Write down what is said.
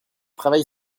travail